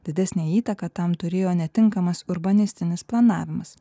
didesnę įtaką tam turėjo netinkamas urbanistinis planavimas